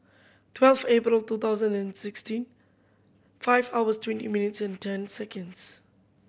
twelve April two thousand and sixteen five hours twenty minutes and ten seconds